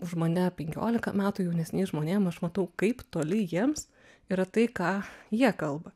už mane penkiolika metų jaunesniais žmonėm aš matau kaip toli jiems yra tai ką jie kalba